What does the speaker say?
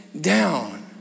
down